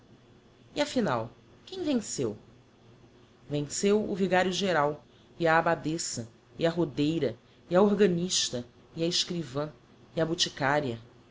e a final quem venceu venceu o vigario geral e a abbadessa e a rodeira e a organista e a escrivã e a boticaria